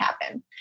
happen